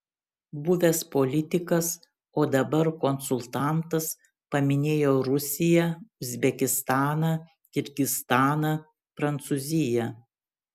buvęs politikas o dabar konsultantas paminėjo rusiją uzbekistaną kirgizstaną prancūziją